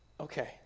Okay